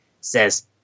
says